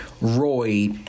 Roy